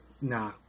nah